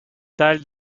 teil